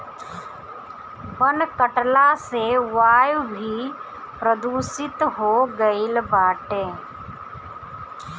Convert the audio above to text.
वन कटला से वायु भी प्रदूषित हो गईल बाटे